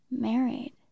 married